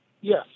Yes